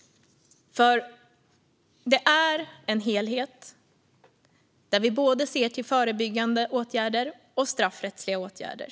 Det är en helhet där vi både ser till förebyggande åtgärder och straffrättsliga åtgärder.